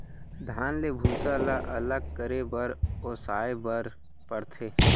धान ले भूसा ल अलग करे बर ओसाए बर परथे